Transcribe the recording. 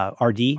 rd